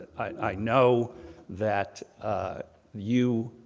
i know that you,